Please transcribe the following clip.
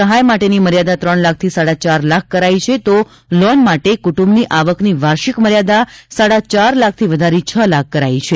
સહાય માટેની મર્યાદા ત્રણ લાખથી સાડા ચાર લાખ કરાઈ છે તો લોન માટે કુંટુંબની આવકની વાર્ષિક મર્યાદા સાડા ચાર લાખથી વધારી છ લાખ કરાઈ છે